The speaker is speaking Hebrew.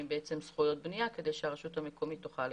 זכויות בנייה כדי שהרשות המקומית תוכל לפתח.